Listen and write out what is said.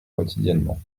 quotidiennement